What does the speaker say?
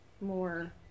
more